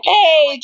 Hey